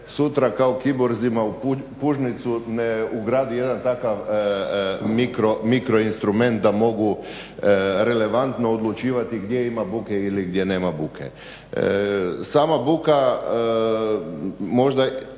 sutra kao kiborzima u pužnicu ne ugradi jedan takav mikroinstrument da mogu relevantno odlučivati gdje ima buke ili gdje nama buke. Sama buka možda